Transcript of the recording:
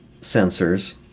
sensors